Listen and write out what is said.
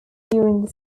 during